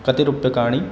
कति रूप्यकाणि